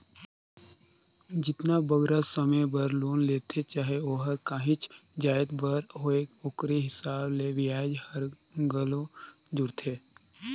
जेतना बगरा समे बर लोन लेथें चाहे ओहर काहींच जाएत बर होए ओकरे हिसाब ले बियाज हर घलो जुड़थे